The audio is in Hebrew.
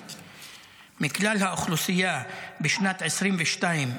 בשנת 2022,